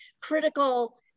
critical